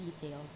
detail